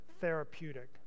therapeutic